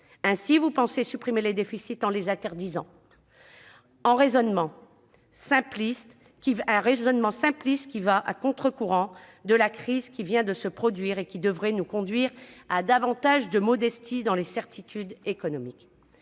pensez ainsi supprimer les déficits en les interdisant, un raisonnement simpliste qui va à contre-courant de la crise qui vient de se produire et qui devrait nous conduire à davantage de modestie en matière de certitudes économiques.